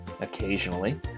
occasionally